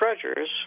treasures